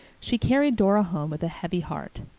she carried dora home with a heavy heart.